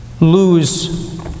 lose